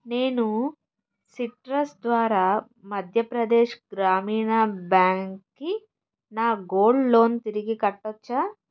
నేను సిట్రస్ ద్వారా మధ్యప్రదేశ్ గ్రామీణ బ్యాంక్కి నా గోల్డ్ లోన్ తిరిగి కట్టచ్చా